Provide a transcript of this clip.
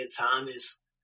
Thomas